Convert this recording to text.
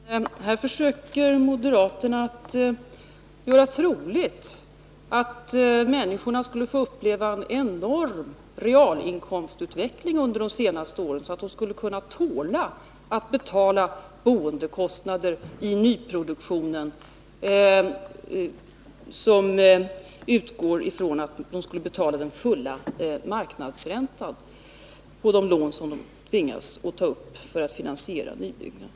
Herr talman! Här försöker moderaterna göra troligt att människorna skulle få uppleva en enorm realinkomstutveckling under de närmaste åren, så att de skulle kunna tåla att betala boendekostnader i nyproduktionen som utgår ifrån att de boende betalar den fulla marknadsräntan på de lån som tas upp för att finansiera nybyggnaden.